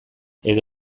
edo